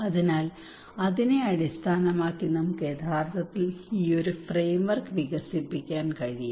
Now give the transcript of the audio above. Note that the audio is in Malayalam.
അതിനാൽ അതിനെ അടിസ്ഥാനമാക്കി നമുക്ക് യഥാർത്ഥത്തിൽ ഈ ഫ്രെയിംവർക് വികസിപ്പിക്കാൻ കഴിയും